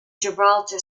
gibraltar